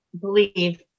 believe